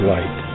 Light